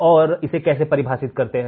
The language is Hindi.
और इसे कैसे परिभाषित किया जाता है